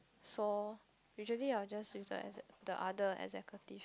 so usually I will just with the exec the other executive